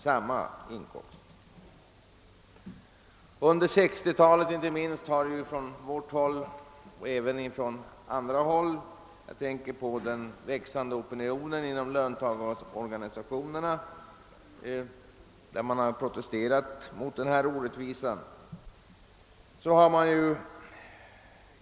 Inte minst under 1960-talet har vi in även från andra håll — jag tänker på den växande opinionen inom löntagarorganisationerna — har man proteste rat mot det nuvarande systemet.